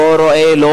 לא רואה לא